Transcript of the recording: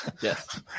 Yes